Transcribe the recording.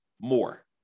more